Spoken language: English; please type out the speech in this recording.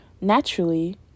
Naturally